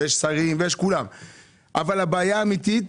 יש שרים ויש את כולם אבל הבעיה האמיתית